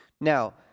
Now